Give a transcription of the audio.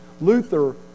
Luther